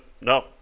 no